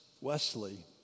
Wesley